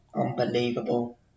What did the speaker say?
Unbelievable